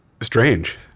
strange